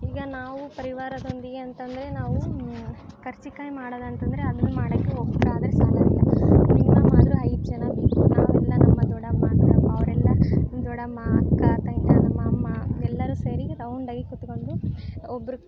ಈಗ ನಾವೂ ಪರಿವಾರದೊಂದಿಗೆ ಅಂತ ಅಂದ್ರೆ ನಾವು ಕರ್ಜಿಕಾಯಿ ಮಾಡೋದು ಅಂತ ಅಂದ್ರೆ ಅದನ್ನ ಮಾಡೋಕೆ ಒಬ್ರು ಆದರೆ ಸಾಲೋದಿಲ್ಲ ಮಿನಿಮಮ್ ಆದರೂ ಐದು ಜನ ಬೇಕು ನಾವೆಲ್ಲ ನಮ್ಮ ದೊಡ್ಡಮ್ಮ ಅವರೆಲ್ಲ ದೊಡ್ಡಮ್ಮ ಅಕ್ಕ ತಂಗಿ ನಮ್ಮ ಅಮ್ಮ ಎಲ್ಲರೂ ಸೇರಿ ರೌಂಡ್ ಆಗಿ ಕೂತ್ಕೊಂಡು ಒಬ್ಬರು